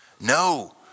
No